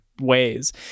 ways